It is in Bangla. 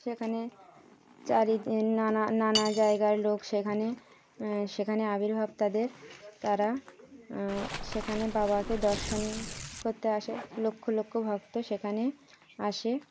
সেখানে চারিদিন নানা নানা জায়গার লোক সেখানে সেখানে আবির্ভাব তাদের তারা সেখানে বাবাকে দর্শন করতে আসে লক্ষ লক্ষ ভক্ত সেখানে আসে